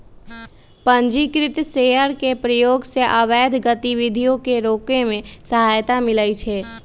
पंजीकृत शेयर के प्रयोग से अवैध गतिविधियों के रोके में सहायता मिलइ छै